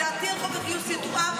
דעתי על חוק הגיוס ידועה,